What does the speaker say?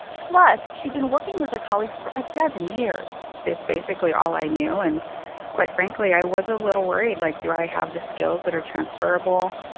plus she'd been working with her colleagues for a dozen years it's basically all i knew. and quite frankly, i was a little worried. like, do i have the skills that are transferable?